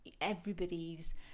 everybody's